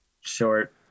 short